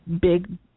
big